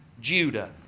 Judah